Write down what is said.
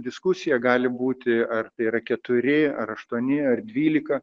diskusija gali būti ar tai yra keturi ar aštuoni ar dvylika